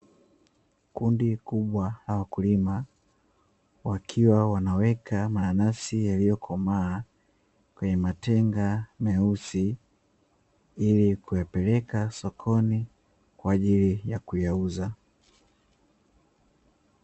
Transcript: Kundi kuubwa la wakulima wakiwa wanaweka mananasi yaliyokomaa kwenye matenga meusi, ili kuyapeleka sokoni kwaajili ya kuyauza.